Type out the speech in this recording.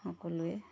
সকলোৱে